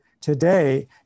today